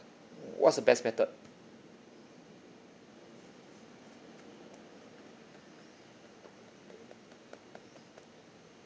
what's a best method